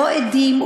לא עדים,